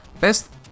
Best